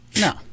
No